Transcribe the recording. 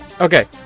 Okay